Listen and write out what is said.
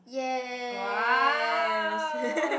yes